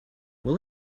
will